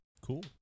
Cool